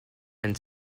and